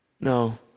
No